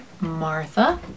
Martha